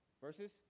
verses